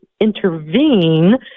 intervene